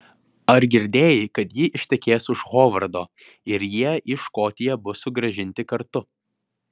ar girdėjai kad ji ištekės už hovardo ir jie į škotiją bus sugrąžinti kartu